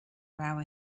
railway